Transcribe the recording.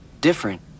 Different